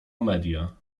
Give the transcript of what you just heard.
media